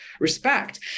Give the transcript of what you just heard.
respect